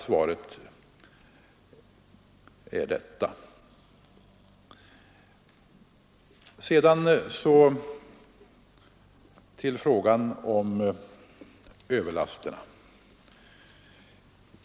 Sedan några ord om frågan om överlasterna.